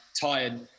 tired